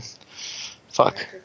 Fuck